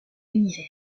univers